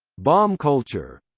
bomb culture